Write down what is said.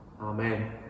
Amen